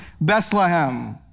Bethlehem